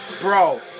Bro